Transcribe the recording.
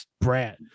brat